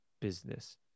business